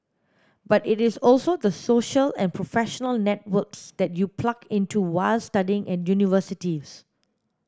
but it is also the social and professional networks that you plug into while studying at universities